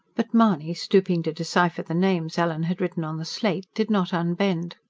but mahony, stooping to decipher the names ellen had written on the slate, did not unbend.